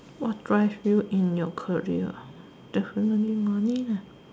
what drive you in your career definitely money lah